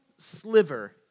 sliver